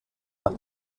nach